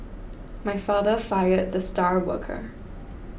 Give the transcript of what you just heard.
my father fired the star worker